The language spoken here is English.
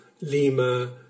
Lima